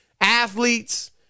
athletes